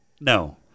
No